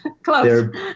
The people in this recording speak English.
Close